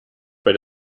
bei